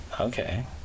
Okay